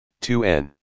2N